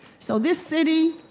so, this city,